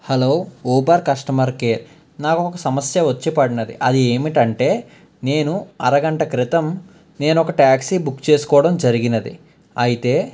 hello Uber customer care నాకు ఒక సమస్య వచ్చి పడినది అది ఏమిటంటే నేను అరగంట క్రితం నేను ఒక ట్యాక్సీ బుక్ చేసుకోవడం జరిగినది అయితే